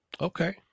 Okay